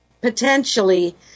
potentially